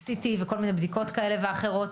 CT וכל מיני בדיקות כאלה ואחרות.